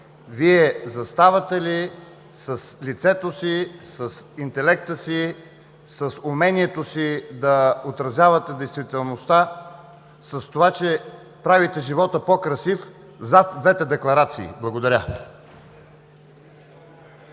заставате ли с лицето си, с интелекта си, с умението си да отразявате действителността, зад това, че правите живота по-красив с двете декларации? Благодаря.